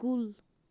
کُل